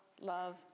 love